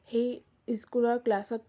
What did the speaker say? সেই স্কুলৰ ক্লাছত